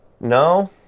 No